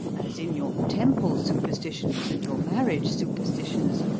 as in your temple superstitions and your marriage superstitions,